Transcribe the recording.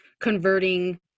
converting